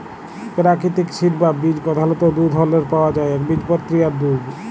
পেরাকিতিক সিড বা বীজ পধালত দু ধরলের পাউয়া যায় একবীজপত্রী আর দু